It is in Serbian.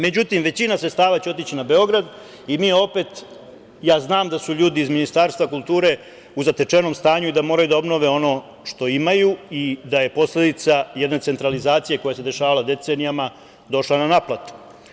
Međutim, većina sredstava će otići na Beograd i mi opet, ja znam da su ljudi iz Ministarstva kulture u zatečenom stanju i da moraju da obnove ono što imaju i da je posledica jedne centralizacije koja se dešavala decenijama došla na naplatu.